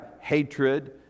hatred